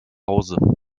hause